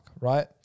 right